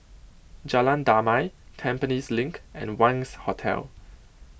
Jalan Damai Tampines LINK and Wangz Hotel